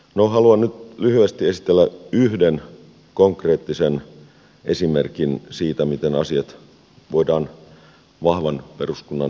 no haluan nyt lyhyesti esitellä yhden konkreettisen esimerkin siitä miten asiat voidaan vahvan peruskunnan pohjalta ratkaista